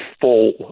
full